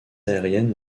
aérienne